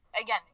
again